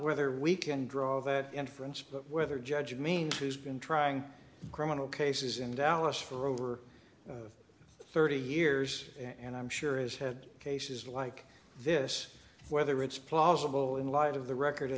whether we can draw that inference but whether judge me who's been trying criminal cases in dallas for over thirty years and i'm sure is had cases like this whether it's plausible in light of the record